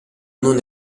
non